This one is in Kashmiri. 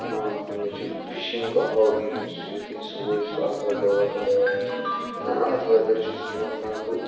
میون کہِ مےٚ چھُ فِشٕنٛگ ہابِی بہٕ چھُس یُتُھے صُبحٲے چھُس اَتھوارِ دۄہ وتھان اَتھوارِ دۄہ چھُس بہٕ وَتھان بہٕ